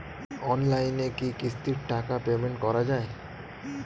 অনলাইনে কি কিস্তির টাকা পেমেন্ট করা যায়?